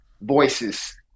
voices